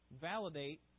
validate